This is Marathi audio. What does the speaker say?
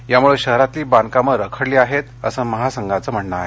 यामुळे शहरातील बांधकामे रखडली आहेत असं महासंघाचे म्हणणे आहे